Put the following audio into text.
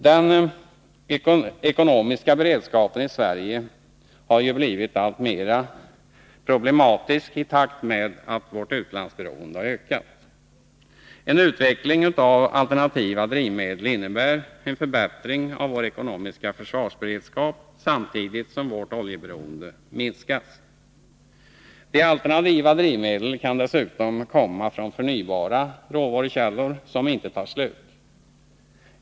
Den ekonomiska beredskapen i Sverige har ju blivit alltmera problematisk i takt med att vårt utlandsberoende har ökat. En utveckling av alternativa drivmedel innebär .en förbättring av vår ekonomiska försvarsberedskap samtidigt som vårt oljeberoende minskas. De alternativa drivmedlen kan dessutom komma från förnybara råvarukällor som inte tar slut.